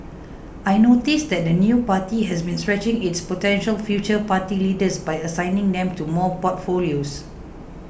I noticed that the new party has been stretching its potential future party leaders by assigning them to more portfolios